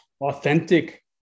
authentic